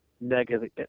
negative